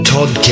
Todd